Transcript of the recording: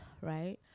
right